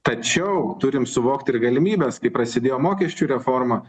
tačiau turim suvokt ir galimybes kai prasidėjo mokesčių reforma